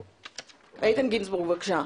איתן גינזבורג, בבקשה.